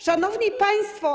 Szanowni Państwo!